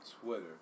Twitter